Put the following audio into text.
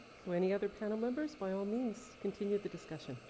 so any other panel members? by all means, continue the discussion.